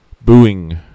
booing